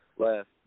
left